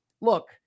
look